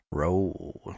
roll